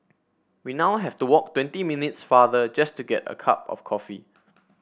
we now have to walk twenty minutes farther just to get a cup of coffee